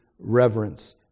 reverence